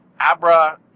Abra